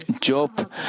Job